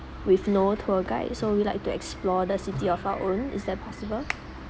with no tour guide so we like to explore the city of our own is that possible